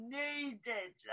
needed